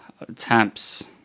Attempts